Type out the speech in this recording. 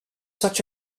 such